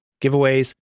giveaways